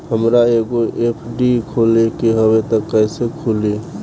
हमरा एगो एफ.डी खोले के हवे त कैसे खुली?